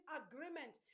agreement